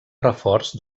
reforç